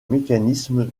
mécanismes